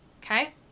okay